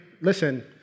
listen